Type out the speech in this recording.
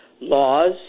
laws